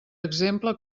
exemple